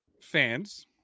fans